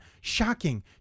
Shocking